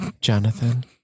Jonathan